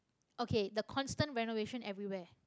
okay the constant renovation everywhere